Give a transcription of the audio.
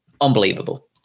unbelievable